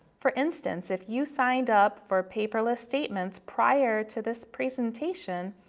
for instance, if you signed up for paperless statements prior to this presentation,